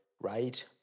right